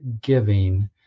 giving